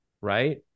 Right